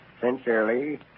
Sincerely